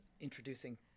introducing